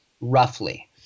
roughly